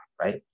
right